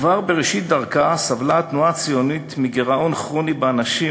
כבר בראשית דרכה סבלה התנועה הציונית מגירעון כרוני באנשים,